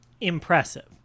Impressive